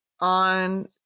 on